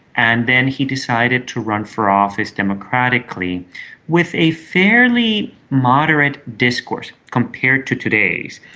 and then he decided to run for office democratically with a fairly moderate discourse compared to today's,